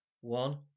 one